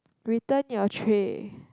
return your tray